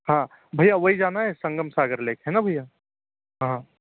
हाँ भैया वही जाना है संगम सागर लेक है ना भैया हाँ